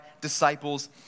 disciples